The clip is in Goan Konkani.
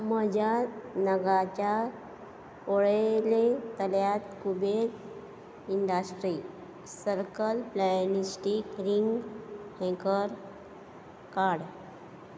म्हज्या नगाच्या वळेरेंतल्यान Kuber industry circle plastic ring हँगर काड